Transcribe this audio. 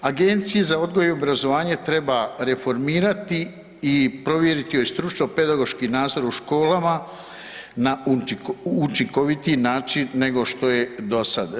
Agenciju za odgoj i obrazovanje treba reformirati i povjeriti joj stručno-pedagoški nadzor u školama u učinkovitiji način nego što je do sad.